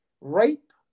rape